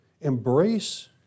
Embrace